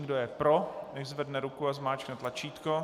Kdo je pro, nechť zvedne ruku a zmáčkne tlačítko.